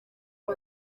uko